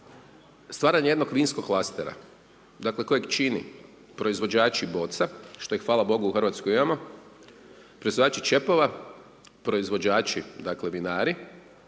stvaranje jednog vinskog klastera dakle, kojeg čini proizvođači boca što ih hvala Bogu u RH imamo, proizvođači čepova, proizvođači, dakle vinari